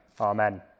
Amen